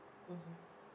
mmhmm